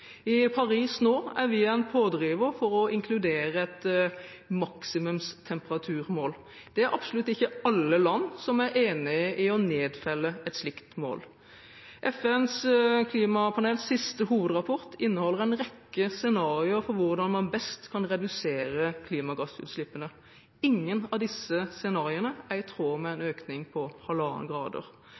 I Paris nå er vi en pådriver for å inkludere et maksimumstemperaturmål. Det er absolutt ikke alle land som er enig i å nedfelle et slikt mål. FNs klimapanels siste hovedrapport inneholder en rekke scenarioer for hvordan man best kan redusere klimagassutslippene. Ingen av disse scenarioene er i tråd med en økning på 1,5 grader.